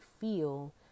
feel